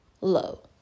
low